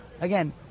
again